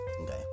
Okay